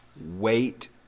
wait